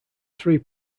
three